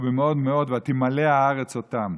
במאֹד מאֹד וַתִּמָּלֵא הארץ אֹתם".